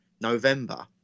november